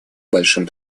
большим